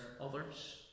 others